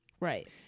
right